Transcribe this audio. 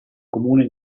comune